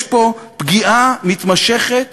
יש פה פגיעה מתמשכת